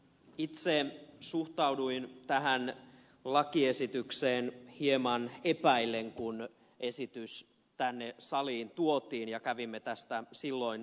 itse suhtauduin tähän lakiesitykseen hieman epäillen kun esitys tänne saliin tuotiin ja kävimme tästä silloin lähetekeskustelua